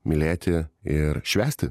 mylėti ir švęsti